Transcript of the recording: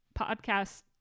podcast